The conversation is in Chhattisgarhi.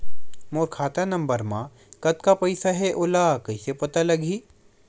मोर खाता नंबर मा कतका पईसा हे ओला कइसे पता लगी?